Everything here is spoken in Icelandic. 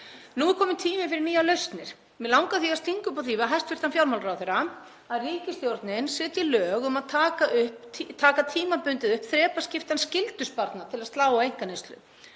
Nú er kominn tími fyrir nýjar lausnir. Mig langar því að stinga upp á því við hæstv. fjármálaráðherra að ríkisstjórnin setji lög um að taka tímabundið upp þrepaskiptan skyldusparnað til að slá á einkaneyslu.